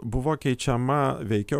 buvo keičiama veikiau